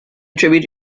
attribute